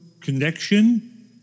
connection